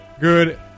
good